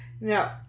No